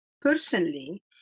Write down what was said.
personally